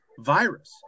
virus